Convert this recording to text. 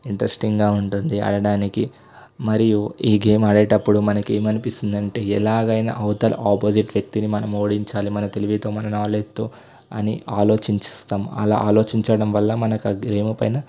ఇంట్రెస్టింగ్గా ఉంటుంది ఆడడానికి మరియు ఈ గేమ్ ఆడేటప్పుడు మనకి ఏం అనిపిస్తుంది అంటే ఎలాగైనా అవతలి ఆపోజిట్ వ్యక్తిని ఓడించాలి మనం మన తెలివితో మన నాలెడ్జ్తో అని ఆలోచిస్తాం అలా ఆలోచించడం వల్ల మనకి ఆ గేమ్ పైన